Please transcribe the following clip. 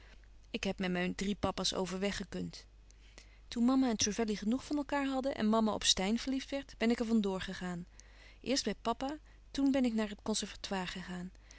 ik heb met mijn drie papa's overweg gekund toen mama en trevelley genoeg van elkaâr hadden en mama op steyn verliefd werd ben ik er van door gegaan eerst bij papa toen ben ik naar het conservatoire gegaan